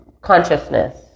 consciousness